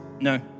No